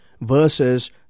versus